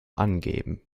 angeben